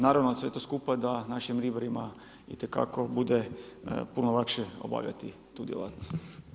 Naravno, da sve to skupa da našim ribarima itekako bude puno lakše obavljati tu djelatnost.